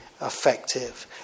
effective